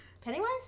Pennywise